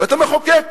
ואתה מחוקק.